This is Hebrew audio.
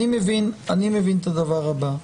אני מבין את הדבר הבא: